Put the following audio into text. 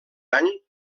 any